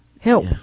Help